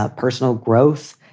ah personal growth,